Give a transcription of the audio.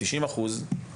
שעבור 90% מהתלמידים,